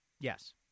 Yes